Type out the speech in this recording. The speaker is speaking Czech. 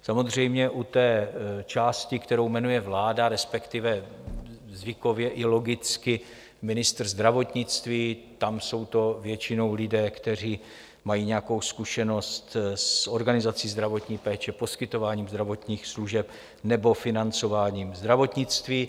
Samozřejmě u té části, kterou jmenuje vláda, respektive zvykově i logicky ministr zdravotnictví, tam jsou to většinou lidé, kteří mají nějakou zkušenost s organizací zdravotní péče, poskytováním zdravotních služeb nebo financováním zdravotnictví.